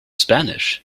spanish